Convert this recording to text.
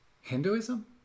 Hinduism